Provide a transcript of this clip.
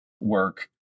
work